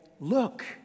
look